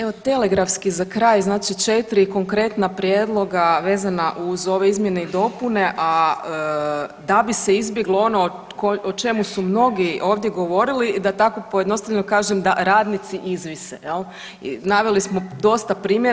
Evo telegrafski za kraj, znači 4 konkretna prijedloga vezana uz ove izmjene i dopune, a da bi se izbjeglo ono o čemu su mnogi ovdje govorili da tako pojednostavljeno kažem da radnici izvise jel i naveli smo dosta primjera.